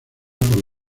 por